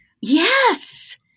Yes